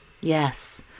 Yes